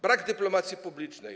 Brak dyplomacji publicznej.